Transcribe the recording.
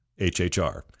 HHR